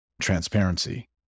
transparency